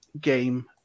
game